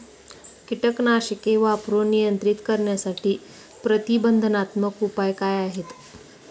कीटकनाशके वापरून नियंत्रित करण्यासाठी प्रतिबंधात्मक उपाय काय आहेत?